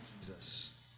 Jesus